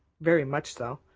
very much so.